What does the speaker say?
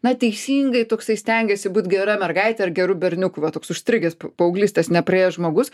na teisingai toksai stengiasi būt gera mergaite ar geru berniuku va toks užstrigęs paauglystės nepraėjęs žmogus